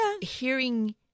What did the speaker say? hearing